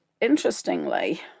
interestingly